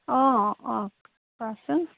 অ অ কোৱাচোন